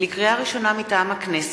לקריאה ראשונה, מטעם הכנסת: